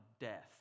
death